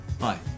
Hi